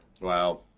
Wow